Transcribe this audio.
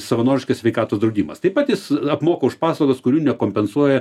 savanoriškas sveikatos draudimas taip pat jis apmoka už paslaugas kurių nekompensuoja